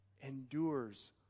endures